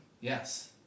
Yes